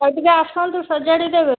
ହଉ ଟିକେ ଆସନ୍ତୁ ସଜାଡ଼ି ଦେବେ